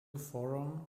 forum